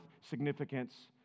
significance